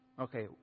Okay